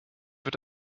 wird